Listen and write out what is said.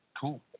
Cool